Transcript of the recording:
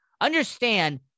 Understand